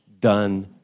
done